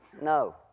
No